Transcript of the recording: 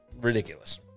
Ridiculous